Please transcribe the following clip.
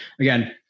again